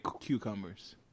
cucumbers